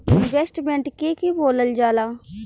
Investment के के बोलल जा ला?